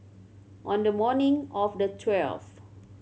on the morning of the twelfth